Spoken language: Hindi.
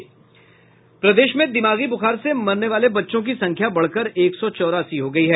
प्रदेश में दिमागी बुखार से मरने वाले बच्चों की संख्या बढ़कर एक सौ चौरासी हो गयी है